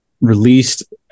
released